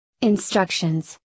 Instructions